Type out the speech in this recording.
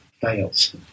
fails